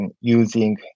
using